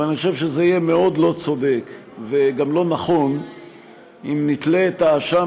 אבל אני חושב שזה יהיה מאוד לא צודק וגם לא נכון אם נתלה את האשם